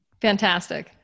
Fantastic